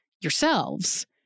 yourselves